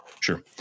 sure